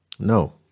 No